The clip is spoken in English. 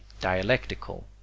dialectical